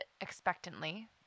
expectantly